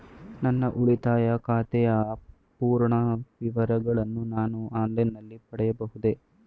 ನನ್ನ ಉಳಿತಾಯ ಖಾತೆಯ ಪೂರ್ಣ ವಿವರಗಳನ್ನು ನಾನು ಆನ್ಲೈನ್ ನಲ್ಲಿ ಪಡೆಯಬಹುದೇ?